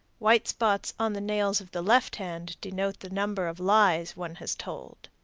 white spots on the nails of the left hand denote the number of lies one has told.